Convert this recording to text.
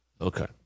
Okay